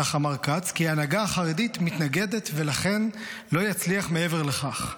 כך אמר כץ: כי ההנהגה החרדית מתנגדת ולכן לא יצליח מעבר לכך.